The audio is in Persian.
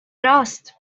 راست